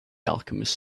alchemist